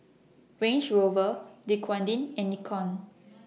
Range Rover Dequadin and Nikon